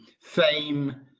fame